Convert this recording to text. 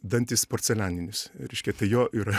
dantis porcelianinius reiškia tai jo yra